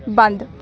ਬੰਦ